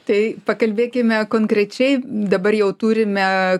tai pakalbėkime konkrečiai dabar jau turime